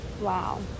Wow